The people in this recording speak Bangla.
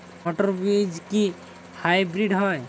মটর বীজ কি হাইব্রিড হয়?